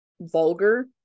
vulgar